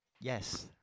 Yes